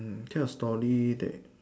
mm kind of story that